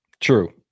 True